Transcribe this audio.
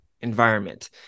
environment